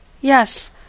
yes